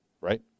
right